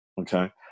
Okay